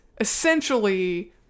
essentially